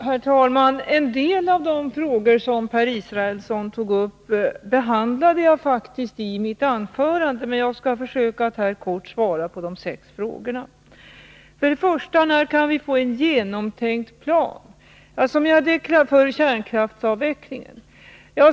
Herr talman! En del av de frågor som Per Israelsson tog upp behandlade jag faktiskt i mitt huvudanförande, men jag skall försöka att här kort svara på de sex frågorna. Hans första fråga var: När kan vi få en gällande plan för kärnkraftsavvecklingen?